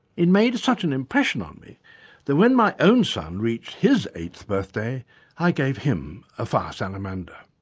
it made such an impression on me that when my own son reached his eighth birthday i gave him a fire salamander.